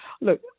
Look